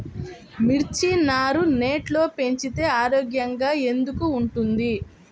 మిర్చి నారు నెట్లో పెంచితే ఆరోగ్యంగా ఎందుకు ఉంటుంది?